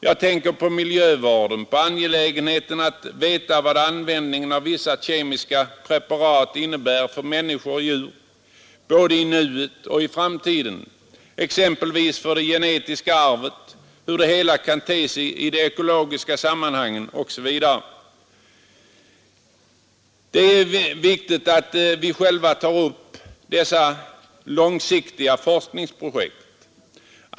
Jag tänker på miljövården, på angelägenheten av att veta vad användningen av vissa kemiska preparat innebär för människor och djur, både i nuet och i framtiden, exempelvis för det genetiska arvet, hur det hela kan te sig i de ekologiska sammanhangen osv. Det är viktigt att vi själva tar upp dessa långsiktiga forskningsprojekt.